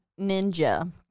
Ninja